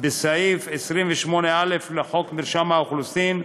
בסעיף 28א לחוק מרשם האוכלוסין,